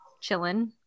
chilling